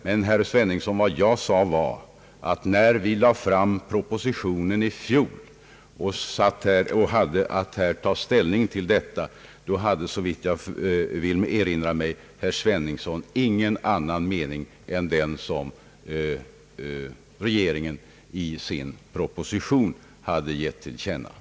Men vad jag sade var att när vi lade fram propositionen i fjol och riksdagen hade att ta ställning till den, då hade såvitt jag erinrar mig herr Sveningsson ingen annan mening än den som regeringen hade gett till känna i sin proposition.